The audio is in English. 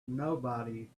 nobody